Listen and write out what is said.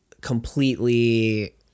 completely